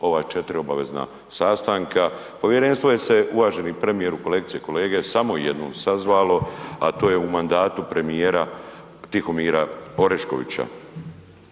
ova 4 obavezna sastanka. Povjerenstvo je se uvaženi premijeru, kolegice i kolege samo jednom sazvalo, a to je u mandatu premijera Tihomira Oreškovića.